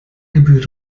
gebührt